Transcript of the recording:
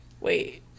Wait